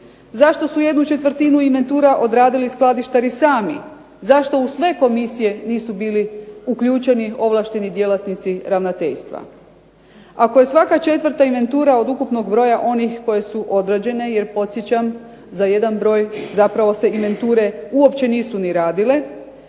Zašto su ¼ inventura odradili skladištari sami? Zašto u sve komisije nisu bili uključeni ovlašteni djelatnici ravnateljstva? Ako je svaka četvrta inventura od ukupnog broja onih koje su odrađene jer podsjećam, za jedan broj zapravo se inventure uopće nisu ni radile,